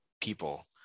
people